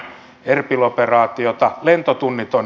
lentotunnit on jo annettu